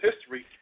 history